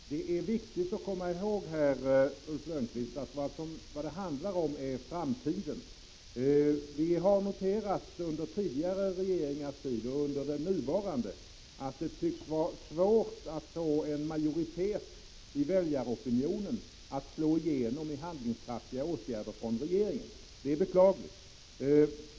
| Fru talman! Det är viktigt att komma ihåg, Ulf Lönnqvist, att vad det 18 december 1985 | handlar om är framtiden. Vi har noterat under tidigare regeringars tidoch = da under den nuvarande att det tycks vara svårt att få en majoritet i väljaropinionen att slå igenom i handlingskraftiga åtgärder från regeringen. Det är beklagligt.